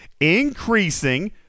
increasing